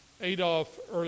Adolf